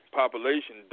population